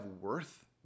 worth